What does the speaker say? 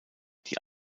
die